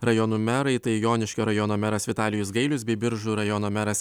rajonų merai tai joniškio rajono meras vitalijus gailius bei biržų rajono meras